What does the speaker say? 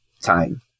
time